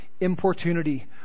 importunity